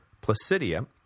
Placidia